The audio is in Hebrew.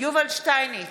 יובל שטייניץ,